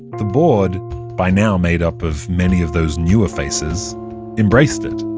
the board by now made up of many of those newer faces embraced it